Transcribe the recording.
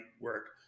work